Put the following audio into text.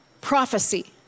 prophecy